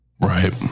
Right